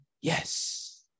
yes